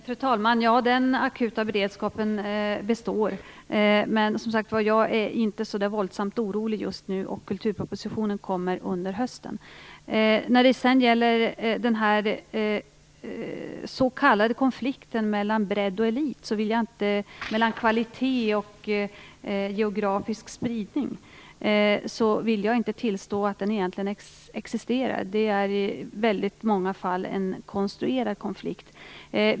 Fru talman! Ja, den akuta beredskapen består. Men jag är inte så där våldsamt orolig just nu, och kulturpropositionen kommer under hösten. Den s.k. konflikten mellan bredd och elit, mellan kvalitet och geografisk spridning vill jag egentligen inte tillstå existerar. Det är i väldigt många fall en konstruerad konflikt.